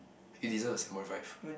you deserve a seven point five